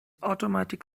automatic